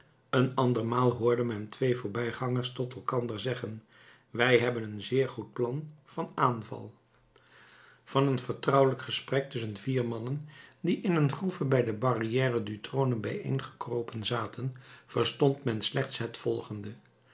een andermaal hoorde men twee voorbijgangers tot elkander zeggen wij hebben een zeer goed plan van aanval van een vertrouwelijk gesprek tusschen vier mannen die in een groeve bij de barrière du trone bijeengekropen zaten verstond men slechts het volgende